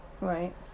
Right